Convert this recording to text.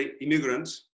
immigrants